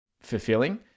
fulfilling